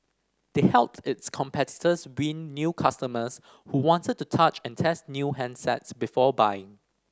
they helped its competitors win new customers who wanted to touch and test new handsets before buying